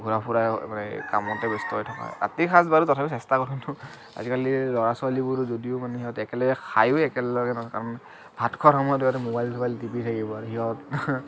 ঘূৰা ফুৰা কামতে ব্যস্ত হৈ থকা হয় ৰাতিৰ সাঁজ বাৰু তথাপি চেষ্টা কৰোঁ কিন্তু আজিকালি ল'ৰা ছোৱালীবোৰো যদিও মানে সিহঁতে একেলগে খাইও একেলগে নহয় তাৰমানে ভাত খোৱাৰ সময়তো সিহঁতে মোৱাইল চোবাইল টিপি থাকিব আৰু সিহঁত